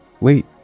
Wait